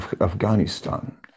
Afghanistan